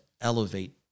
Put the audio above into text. elevate